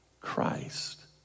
Christ